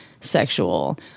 sexual